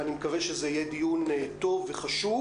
ואני מקווה שזה יהיה דיון טוב וחשוב.